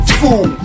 fool